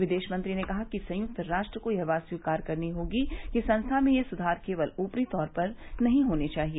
विदेश मंत्री ने कहा कि संयुक्त राष्ट्र को यह बात स्वीकार करनी होगी कि संस्था में ये सुधार केवल ऊपरी तौर पर नहीं होने चाहिए